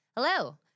Hello